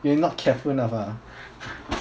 you're not careful enough ah